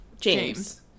James